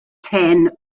ten